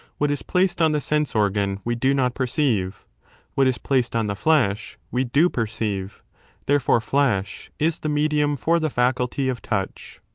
what is placed on the sense organ we do not perceive what is placed on the flesh we do perceive therefore flesh is the medium for the faculty of touch.